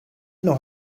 noch